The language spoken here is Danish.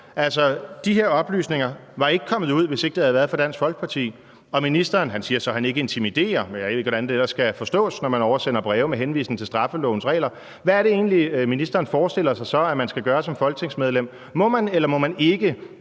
Altså, de her oplysninger var ikke kommet ud, hvis ikke det havde været for Dansk Folkeparti. Ministeren siger så, at han ikke intimiderer, men jeg ved ikke, hvordan det ellers skal forstås, når man oversender breve med henvisning til straffelovens regler. Hvad er det egentlig, ministeren så forestiller sig man som folketingsmedlem skal gøre? Må man, eller må man ikke,